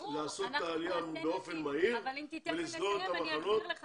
צריך לעשות את זה בצורה מהירה ולסגור את המחנות.